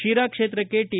ಶಿರಾ ಕ್ಷೇತ್ರಕ್ಷೆ ಟಿ